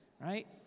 right